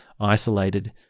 isolated